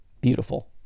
beautiful